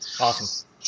Awesome